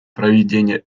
проведения